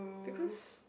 because